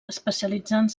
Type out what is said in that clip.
especialitzant